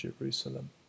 Jerusalem